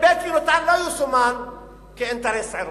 "בית יהונתן" לא יסומן כאינטרס עירוני.